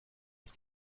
als